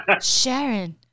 Sharon